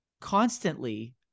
constantly